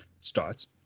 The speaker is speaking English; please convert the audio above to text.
starts